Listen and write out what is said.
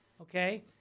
okay